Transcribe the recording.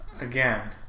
Again